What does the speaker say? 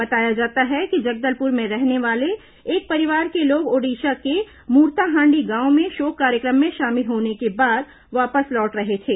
बताया जाता है कि जगदलपुर में रहने वाले एक परिवार के लोग ओडिशा के मूरताहांडी गांव में शोक कार्यक्रम में शामिल होने के बाद वापस लौट रहे थे